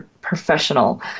professional